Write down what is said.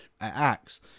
acts